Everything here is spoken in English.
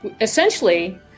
essentially